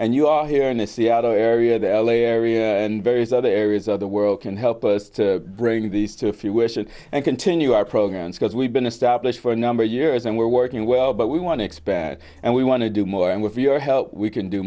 and you are here in the seattle area the l a area and various other areas of the world can help us bring these to if you wish and continue our programs because we've been established for a number of years and we're working well but we want to expand and we want to do more and with your help we can do